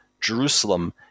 Jerusalem